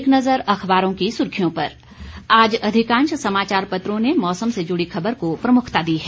एक नज़र अखबारों की सुर्खियों पर आज अधिकांश समाचार पत्रों ने मौसम से जुड़ी खबर को प्रमुखता दी है